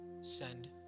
Send